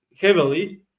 heavily